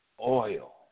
oil